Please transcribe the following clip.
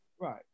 Right